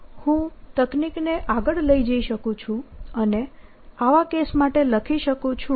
હું તકનીકને આગળ લઈ જઈ શકું છું અને આવા કેસ માટે લખી શકું છું જ્યાં